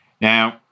now